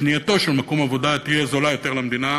קנייתו של מקום עבודה תהיה זולה יותר למדינה